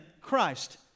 Christ